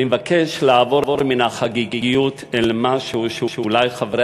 אני מבקש לעבור מן החגיגיות אל משהו שאולי חברי